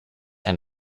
and